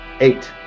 Eight